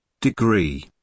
degree